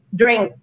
drink